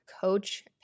coach